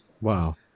Wow